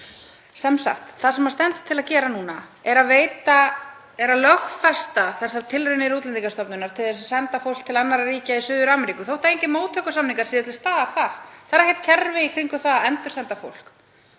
Sem sagt: Það sem stendur til að gera núna er að lögfesta þessar tilraunir Útlendingastofnunar til að senda fólk til annarra ríkja í Suður-Ameríku þótt engir móttökusamningar séu til staðar þar. Það er ekkert kerfi í kringum það að endursenda fólk.